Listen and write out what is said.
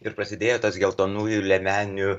ir prasidėjo tas geltonųjų liemenių